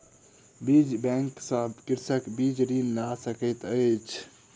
बीज बैंक सॅ कृषक बीज ऋण लय सकैत अछि